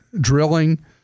drilling